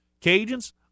Cajuns